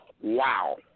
Wow